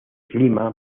clima